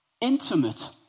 intimate